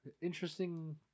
Interesting